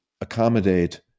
accommodate